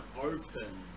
open